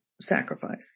sacrifice